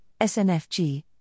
SNFG